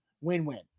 win-win